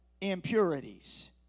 impurities